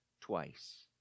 twice